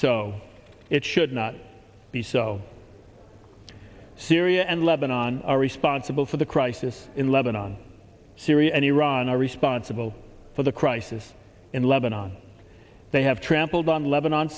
so it should not be so syria and lebanon are responsible for the crisis in lebanon syria and iran are responsible for the crisis in lebanon they have trampled on lebanon